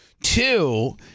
Two